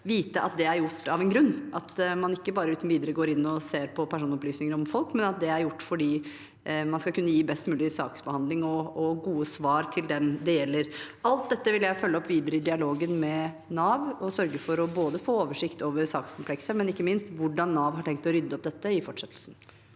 at det er gjort av en grunn, og at man ikke bare uten videre går inn og ser på personopplysninger om folk, men at det er gjort fordi man skal kunne gi best mulig saksbehandling og gode svar til den det gjelder. Alt dette vil jeg følge opp videre i dialogen med Nav og sørge for å få oversikt over både sakskomplekset og ikke minst hvordan Nav har tenkt å rydde opp i dette i fortsettelsen.